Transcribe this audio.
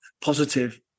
positive